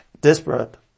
desperate